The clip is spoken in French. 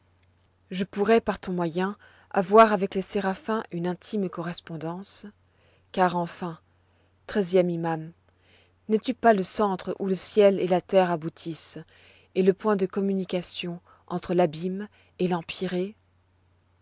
je pourrois par ton moyen avoir avec les séraphins une intime correspondance car enfin treizième immaum n'es-tu pas le centre où le ciel et la terre aboutissent et le point de communication entre l'abîme et